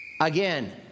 Again